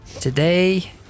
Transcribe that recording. Today